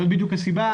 זאת בדיוק הסיבה.